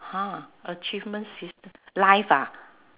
!huh! achievement system life ah